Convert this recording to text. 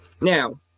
Now